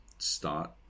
start